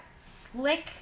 slick